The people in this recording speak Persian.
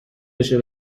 بشه